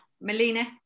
Melina